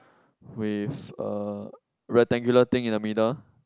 with a rectangular thing in the middle